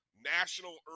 national